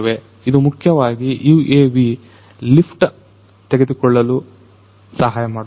ಇದು ಮುಖ್ಯವಾಗಿ UAV lift ತೆಗೆದುಕೊಳ್ಳಲು ಸಹಾಯವಾಗುತ್ತದೆ